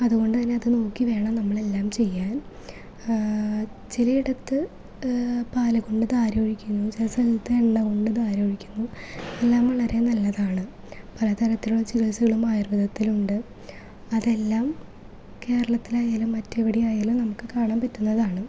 അതുകൊണ്ട്തന്നെ അത് നോക്കി വേണം നമ്മളെല്ലാം ചെയ്യാൻ ചിലയിടത്ത് പാല് കൊണ്ട് ധാര ഒഴിക്കുന്നത് ചില സ്ഥലത്ത് എണ്ണ കൊണ്ട് ധാര ഒഴിക്കുന്നു എല്ലാം വളരെ നല്ലതാണ് പലതരത്തിലൊള്ള ചികിത്സകളും ആയുർവേദത്തിലുണ്ട് അതെല്ലാം കേരളത്തിലായാലും മറ്റെവിടെയായാലും നമുക്ക് കാണാൻ പറ്റുന്നതാണ്